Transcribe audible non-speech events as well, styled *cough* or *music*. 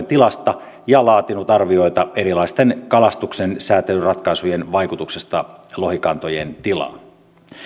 *unintelligible* tilasta ja laatinut arvioita erilaisten kalastuksensäätelyratkaisujen vaikutuksesta lohikantojen tilaan